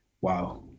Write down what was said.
wow